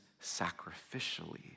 sacrificially